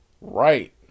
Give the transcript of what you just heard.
Right